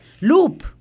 loop